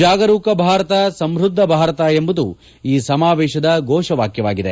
ಜಾಗರೂಕ ಭಾರತ ಸಮೃದ್ದ ಭಾರತೆ ಎಂಬುದು ಈ ಸಮಾವೇಶದ ಘೋಷವಾಕ್ಯವಾಗಿದೆ